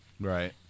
Right